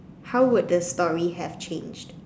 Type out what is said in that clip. how would the story have changed